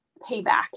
payback